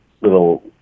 little